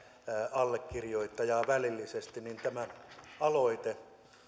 allekirjoittajaa välillisesti niin aloite